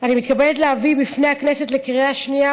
אני מתכבדת להביא בפני הכנסת לקריאה שנייה